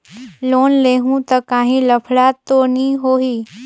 Loan लेहूं ता काहीं लफड़ा तो नी होहि?